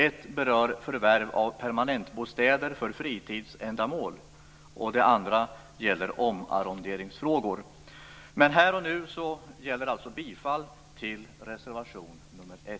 Ett berör förvärv av permanentbostäder för fritidsändamål och det andra gäller omarronderingsfrågor. Här och nu gäller alltså bifall till reservation nr 1.